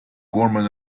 gorman